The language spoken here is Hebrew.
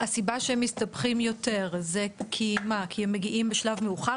--- הסיבה שהם מסתבכים יותר היא כי הם מגיעים בשלב מאוחר